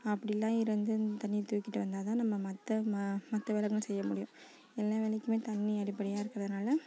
அப்படிலாம் இருந்து இந்த தண்ணியை தூக்கிகிட்டு வந்தால் தான் நம்ம மற்ற மற்ற வேலைகள் செய்ய முடியும் எல்லா வேலைக்கும் தண்ணி அடிப்படையாக இருக்கிறதுனால